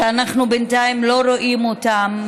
שאנחנו בינתיים לא רואים אותם,